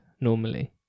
normally